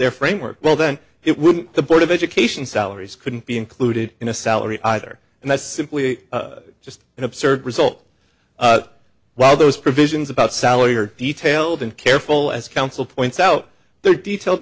their framework well then the board of education salaries couldn't be included in a salary either and that's simply just an absurd result while those provisions about salary are detailed and careful as counsel points out the details